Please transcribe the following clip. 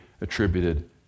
attributed